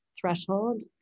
threshold